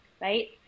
right